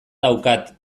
daukat